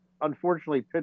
unfortunately